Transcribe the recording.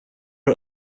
are